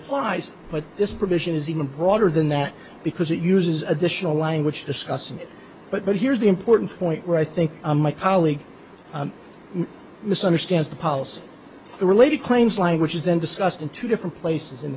applies but this provision is even broader than that because it uses additional language discussing it but here's the important point where i think my colleague misunderstands the policy the related claims language is then discussed in two different places in